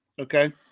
okay